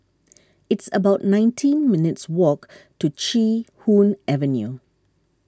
it's about nineteen minutes' walk to Chee Hoon Avenue